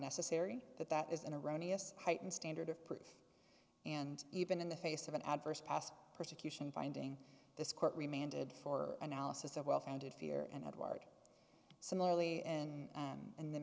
necessary that that is an erroneous heightened standard of proof and even in the face of an adverse past persecution finding this court reminded for analysis of well founded fear and edouard similarly in an in the